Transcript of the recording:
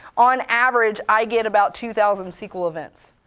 on average i get about two thousand sql events.